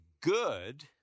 good